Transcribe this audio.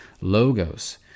logos